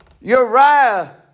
Uriah